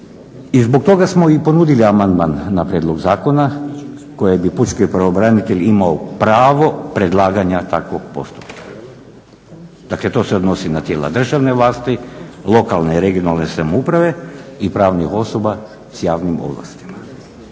I zbog toga smo i ponudili amandman na prijedlog zakona koje bi pučki pravobranitelj imao pravo predlaganja takvog postupka. Dakle to se odnosi na tijela državne vlasti, lokalne i regionalne samouprave i pravnih osoba s javnim ovlastima.